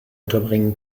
unterbringen